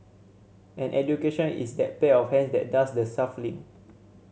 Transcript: and education is that pair of hands that does the shuffling